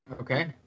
Okay